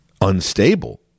unstable